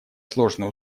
сложные